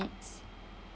needs